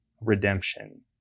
redemption